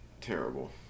terrible